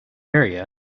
area